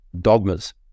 dogmas